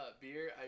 beer